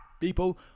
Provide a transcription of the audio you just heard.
people